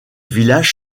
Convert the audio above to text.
villages